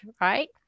right